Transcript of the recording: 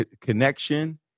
connection